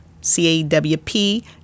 c-a-w-p